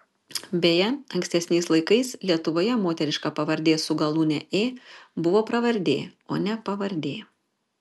beje ankstesniais laikais lietuvoje moteriška pavardė su galūne ė buvo pravardė o ne pavardė